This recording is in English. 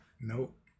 Nope